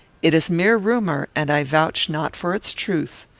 it is mere rumour, and i vouch not for its truth.